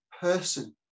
person